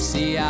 See